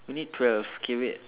we need twelve okay wait